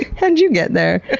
how'd you get there?